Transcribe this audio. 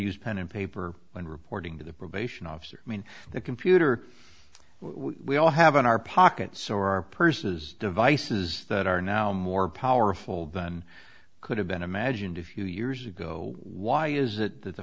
use pen and paper when reporting to the probation officer i mean the computer we all have in our pockets or our purses devices that are now more powerful than could have been imagined a few years ago why is that the